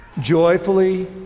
joyfully